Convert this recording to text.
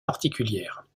particulière